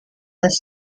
this